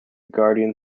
guardian